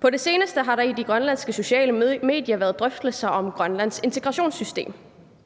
På det seneste har der på de grønlandske sociale medier været drøftelser om Grønlands integrationssystem.